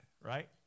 right